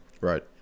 Right